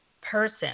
person